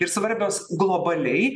ir svarbios globaliai